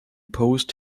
post